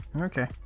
Okay